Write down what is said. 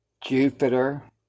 Jupiter